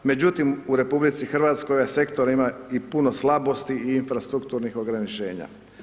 Međutim u RH sektor ima i puno slabosti i infrastrukturnih ograničenja.